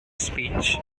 speech